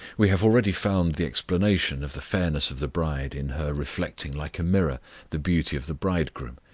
we have already found the explanation of the fairness of the bride in her reflecting like a mirror the beauty of the bridegroom.